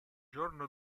giorno